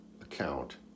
account